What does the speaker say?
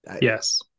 Yes